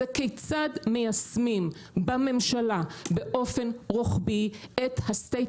זה כיצד מיישמים בממשלה באופן רוחבי את המצב התודעתי